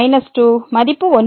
f மதிப்பு1 ஆகும்